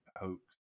hoax